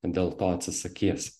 dėl to atsisakys